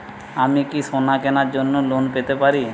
আমি কি সোনা কেনার জন্য লোন পেতে পারি?